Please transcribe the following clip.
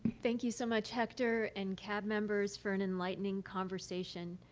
thank you so much, hector and cab members, for an enlightening conversation.